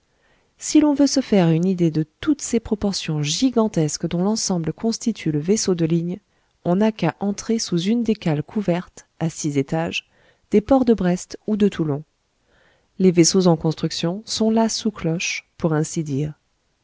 si l'on veut se faire une idée de toutes ces proportions gigantesques dont l'ensemble constitue le vaisseau de ligne on n'a qu'à entrer sous une des cales couvertes à six étages des ports de brest ou de toulon les vaisseaux en construction sont là sous cloche pour ainsi dire